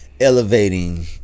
Elevating